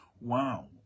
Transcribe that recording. wow